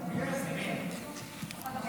חברת